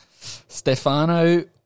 Stefano